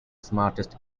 smartest